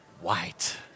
White